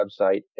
website